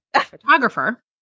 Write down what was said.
photographer